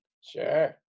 Sure